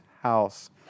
house